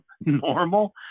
normal